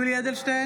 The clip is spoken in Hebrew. יולי יואל אדלשטיין,